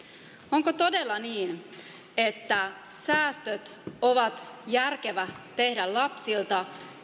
onko todella niin että tässä ajassa säästöt on järkevä tehdä lapsilta